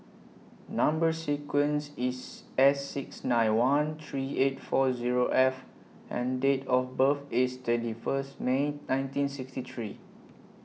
Number sequence IS S six nine one three eight four Zero F and Date of birth IS twenty First May nineteen sixty three